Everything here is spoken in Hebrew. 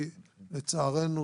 כי לצערנו,